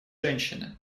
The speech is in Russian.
женщины